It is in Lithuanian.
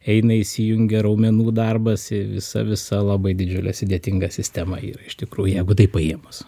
eina įsijungia raumenų darbas į visą visą labai didžiulę sudėtingą sistemą ir iš tikrųjų jeigu taip paėmus